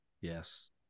Yes